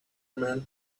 men